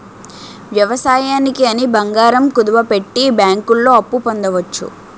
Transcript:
వ్యవసాయానికి అని బంగారం కుదువపెట్టి బ్యాంకుల్లో అప్పు పొందవచ్చు